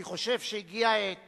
אני חושב שהגיעה העת